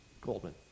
Goldman